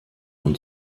und